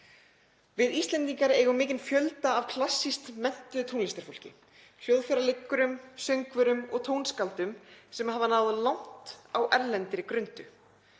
Við Íslendingar eigum mikinn fjölda af klassískt menntuðu tónlistarfólki, hljóðfæraleikurum, söngvurum og tónskáldum, sem hefur náð langt á erlendri grundu.